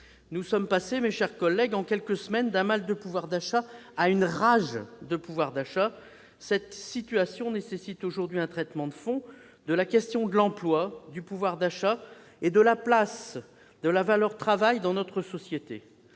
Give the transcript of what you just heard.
Nous sommes passés en quelques semaines d'un mal du pouvoir d'achat à une rage du pouvoir d'achat. Cette situation appelle aujourd'hui un traitement de fond de la question de l'emploi, du pouvoir d'achat et de la place de la valeur travail dans notre société.